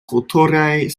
kulturaj